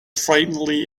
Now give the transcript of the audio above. frighteningly